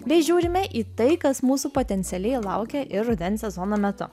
bei žiūrime į tai kas mūsų potencialiai laukia ir rudens sezono metu